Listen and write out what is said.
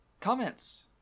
comments